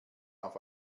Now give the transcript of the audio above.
auf